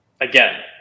again